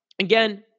again